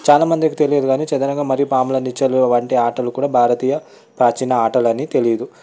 చాలా మందికి తెలియదు కానీ చదరంగం మరి పాముల నిచ్చెనలు వంటి ఆటలు కూడా భారతీయ ప్రాచీన ఆటలని తెలియదు